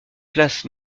place